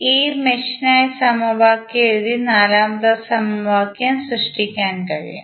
ഈ മെഷിനായി സമവാക്യം എഴുതി നാലാമത്തെ സമവാക്യം സൃഷ്ടിക്കാൻ കഴിയും